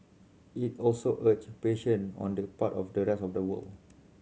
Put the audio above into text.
it also urged patient on the part of the rest of the world